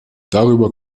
darüber